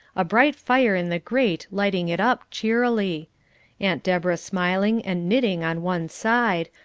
a bright fire in the grate lighting it up cheerily aunt deborah smiling and knitting on one side,